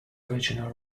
original